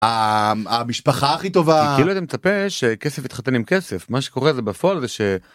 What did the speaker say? המשפחה הכי טובה כאילו אתה מצפה שכסף יתחתן עם כסף מה שקורה זה בפועל זה ש.